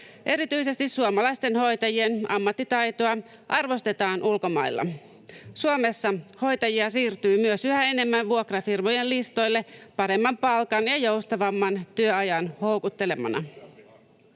Erityisesti suomalaisten hoitajien ammattitaitoa arvostetaan ulkomailla. Suomessa hoitajia siirtyi myös yhä enemmän vuokrafirmojen listoille paremman palkan ja joustavamman työajan houkuttelemana.